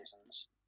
reasons